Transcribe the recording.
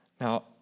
Now